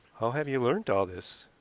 how have you learnt all this?